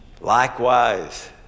likewise